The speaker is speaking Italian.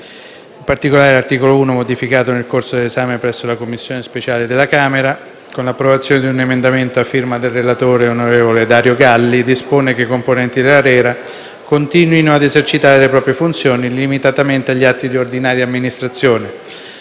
In particolare l'articolo 1, modificato nel corso dell'esame presso la Commissione speciale esame atti di Governo della Camera con l'approvazione di un emendamento a firma del relatore, onorevole Dario Galli, dispone che i componenti dell'ARERA continuino ad esercitare le proprie funzioni limitatamente agli atti di ordinaria amministrazione